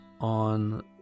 on